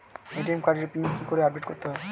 ATM কার্ডের pin কি করে আপডেট করতে হয়?